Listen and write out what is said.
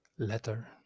Letter